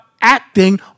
acting